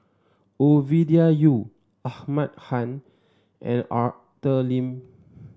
Ovidia Yu Ahmad Khan and Arthur Lim